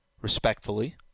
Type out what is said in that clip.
Respectfully